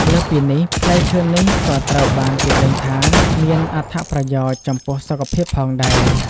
លើសពីនេះ ផ្លែឈើនេះក៏ត្រូវបានគេដឹងថាមានអត្ថប្រយោជន៍ចំពោះសុខភាពផងដែរ ។